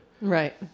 right